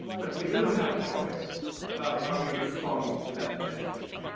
but we do have a choice about how we respond to that change.